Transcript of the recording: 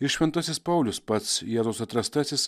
ir šventasis paulius pats jėzaus atrastasis